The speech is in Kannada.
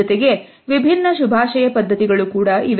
ಜೊತೆಗೆ ವಿಭಿನ್ನ ಶುಭಾಶಯ ಪದ್ಧತಿಗಳು ಕೂಡ ಇವೆ